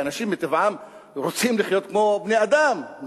כי אנשים מטבעם רוצים לחיות כמו בני אדם,